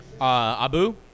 Abu